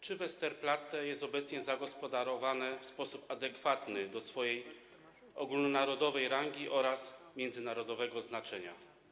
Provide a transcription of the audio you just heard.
Czy Westerplatte jest obecnie zagospodarowane w sposób adekwatny do swojej ogólnonarodowej rangi oraz międzynarodowego znaczenia?